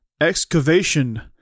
excavation